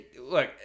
Look